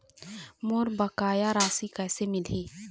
मोर बकाया राशि कैसे मिलही?